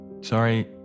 Sorry